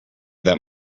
that